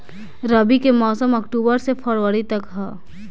रबी के मौसम अक्टूबर से फ़रवरी तक ह